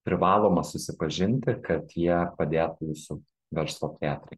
privaloma susipažinti kad jie padėtų jūsų verslo plėtrai